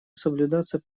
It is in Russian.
соблюдаться